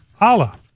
Allah